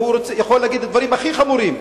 הם שהוא יכול להגיד את הדברים הכי חמורים,